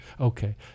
Okay